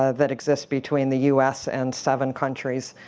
ah that exist between the us and seven countries.